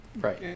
Right